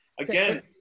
again